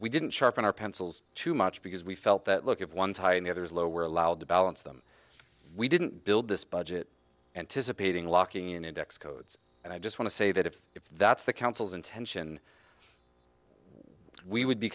we didn't sharpen our pencils too much because we felt that look if one's high in the other is low we're allowed to balance them we didn't build this budget anticipating locking in index codes and i just want to say that if that's the council's intention we would be